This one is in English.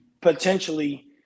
potentially